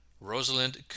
Rosalind